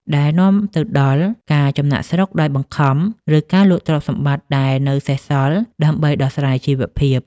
ដែលនាំទៅដល់ការចំណាកស្រុកដោយបង្ខំ ឬការលក់ទ្រព្យសម្បត្តិដែលនៅសេសសល់ដើម្បីដោះស្រាយជីវភាព។